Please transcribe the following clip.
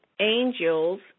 angels